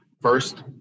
first